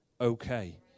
okay